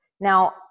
Now